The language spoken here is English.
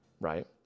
right